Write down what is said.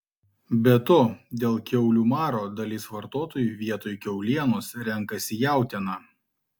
be to dėl kiaulių maro dalis vartotojų vietoj kiaulienos renkasi jautieną